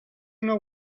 know